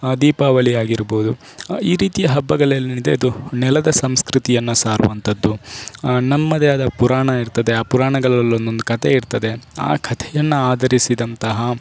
ದೀಪಾವಳಿ ಆಗಿರ್ಬೋದು ಈ ರೀತಿಯ ಹಬ್ಬಗಳೇನಿದೆ ಅದು ನೆಲದ ಸಂಸ್ಕೃತಿಯನ್ನು ಸಾರುವಂಥದ್ದು ನಮ್ಮದೆಯಾದ ಪುರಾಣ ಇರ್ತದೆ ಆ ಪುರಾಣಗಳಲ್ಲಿ ಒಂದೊಂದು ಕತೆ ಇರ್ತದೆ ಆ ಕತೆಯನ್ನು ಆಧರಿಸಿದಂತಹ